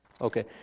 Okay